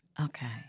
Okay